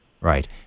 Right